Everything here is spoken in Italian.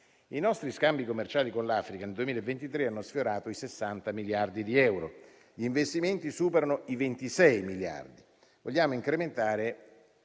I nostri scambi commerciali con l'Africa nel 2023 hanno sfiorato i 60 miliardi di euro e gli investimenti superano i 26 miliardi. Vogliamo incrementare,